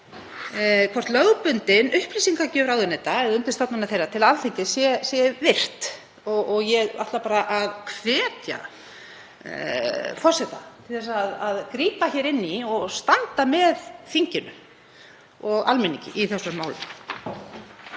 hvort lögbundin upplýsingagjöf ráðuneyta eða undirstofnana þeirra til Alþingis sé virt. Ég ætla bara að hvetja forseta til að grípa inn í og standa með þinginu og almenningi í þessum málum.